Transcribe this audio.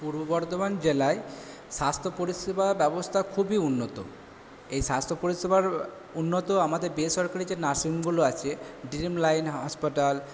পূর্ব বর্ধমান জেলায় স্বাস্থ্য পরিষেবা ব্যবস্থা খুবই উন্নত এই স্বাস্থ্য পরিষেবার উন্নত আমাদের বেসরকারি যে নার্সিংগুলো আছে ড্রিম লাইন হাসপাতাল